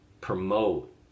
promote